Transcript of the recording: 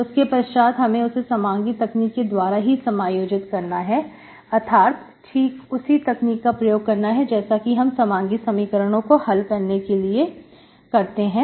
उसके पश्चात हमें उसे समांगी तकनीक के द्वारा ही समायोजित करना है अर्थात ठीक उसी तकनीक का प्रयोग करना है जैसा कि हम समांगी समीकरणों को हल करने के लिए करते हैं